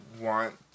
want